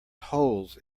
holes